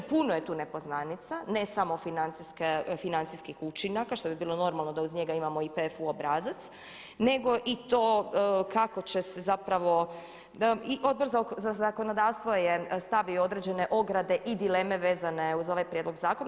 Puno je tu nepoznanica ne samo financijskih učinaka što bi bilo normalno da uz njega imamo i PFU obrazac, nego i to kako će se zapravo i Odbor za zakonodavstvo je stavio određene ograde i dileme vezane uz ovaj prijedlog zakona.